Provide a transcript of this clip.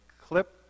clip